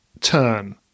turn